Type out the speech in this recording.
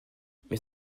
mais